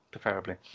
preferably